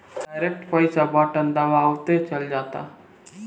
direct पईसा button दबावते चल जाता